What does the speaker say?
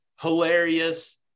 hilarious